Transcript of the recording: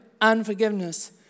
unforgiveness